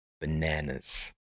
Bananas